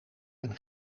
een